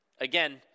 Again